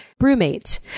Brewmate